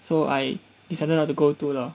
so I decided not to go do lah